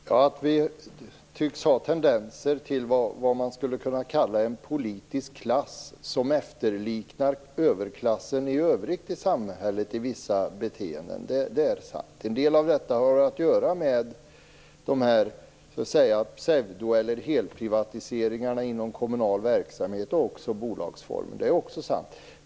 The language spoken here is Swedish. Fru talman! Att det tycks finnas tendenser till vad man skulle kunna kalla en politisk klass som efterliknar överklassen i övrigt i samhället i vissa beteenden, det är sant. En del av detta har att göra med de här pseudo eller helprivatiseringarna inom kommunal verksamhet, och också med bolagsformer. Det är också sant.